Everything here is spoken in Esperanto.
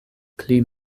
pli